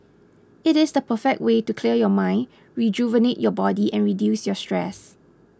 it is the perfect way to clear your mind rejuvenate your body and reduce your stress